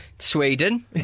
Sweden